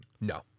No